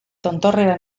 tontorrera